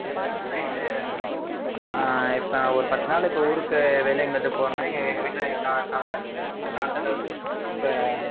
இப்போ எப்பிடின்னா இது இப்போ நான் ஒரு பத்து நாள் இப்போ ஊருக்கு வெளில எங்கனாது போனேன்னால் எங்கள் வீட்டில் எங்கள் தாத்தா இருக்குது அதுக்கு தாத்தாகிட்ட வந்து இப்போ